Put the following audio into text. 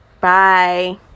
Bye